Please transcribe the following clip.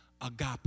agape